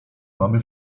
mamy